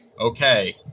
Okay